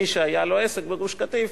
מי שהיה לו עסק בגוש-קטיף,